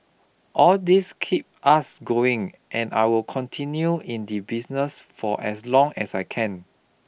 all these keep us going and I will continue in the business for as long as I can